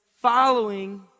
Following